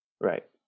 Right